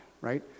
right